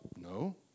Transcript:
No